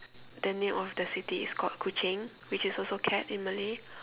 the name of the city is called Kuching which is also cat in Malay